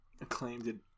Acclaimed